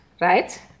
right